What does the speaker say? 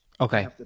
Okay